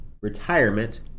retirement